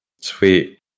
Sweet